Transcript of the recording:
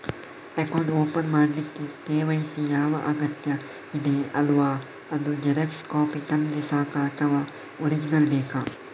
Account open ಮಾಡ್ಲಿಕ್ಕೆ KYC ಯಾ ಅಗತ್ಯ ಇದೆ ಅಲ್ವ ಅದು ಜೆರಾಕ್ಸ್ ಕಾಪಿ ತಂದ್ರೆ ಸಾಕ ಅಥವಾ ಒರಿಜಿನಲ್ ಬೇಕಾ?